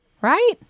Right